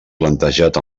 plantejat